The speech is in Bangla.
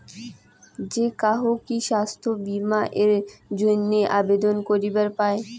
যে কাহো কি স্বাস্থ্য বীমা এর জইন্যে আবেদন করিবার পায়?